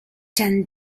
jan